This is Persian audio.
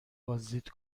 بازدید